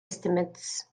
estimates